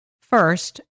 First